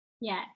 Yes